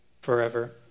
forever